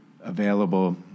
available